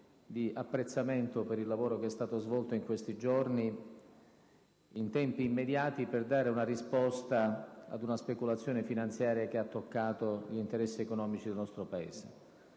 di apprezzamento per il lavoro svolto in questi giorni in tempi immediati per dare una risposta ad una speculazione finanziaria che ha toccato gli interessi economici del nostro Paese.